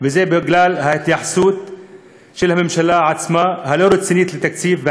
וזה בגלל ההתייחסות הלא-רצינית לתקציב של